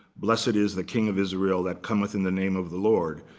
blessed is the king of israel that cometh in the name of the lord.